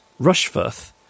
Rushforth